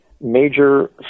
major